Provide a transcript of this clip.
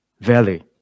Valley